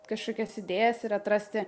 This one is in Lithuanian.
kažkokias idėjas ir atrasti